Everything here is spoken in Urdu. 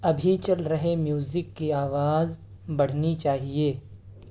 ابھی چل رہے میوزک کی آواز بڑھنی چاہیے